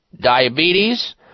diabetes